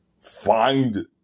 Find